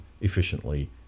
efficiently